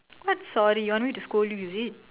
what sorry you want me to scold you is it